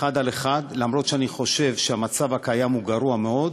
אחד לאחד, למרות שאני חושב שהמצב הקיים גרוע מאוד,